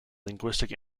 linguistic